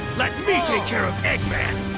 let me take care of eggman.